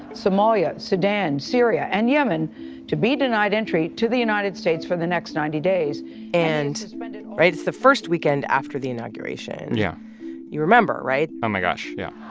somalia, sudan, syria and yemen to be denied entry to the united states for the next ninety days and and right? it's the first weekend after the inauguration yeah you remember, right? oh, my gosh, yeah